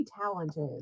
talented